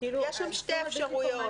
יש שם שתי אפשרויות.